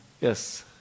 Yes